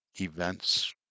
events